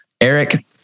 Eric